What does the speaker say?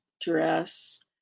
dress